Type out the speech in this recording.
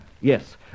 yes